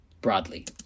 broadly